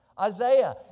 Isaiah